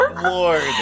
Lord